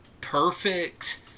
perfect